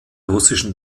russischen